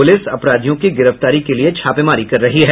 police अपराधियों की गिरफ्तारी के लिए छापेमारी कर रही है